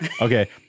Okay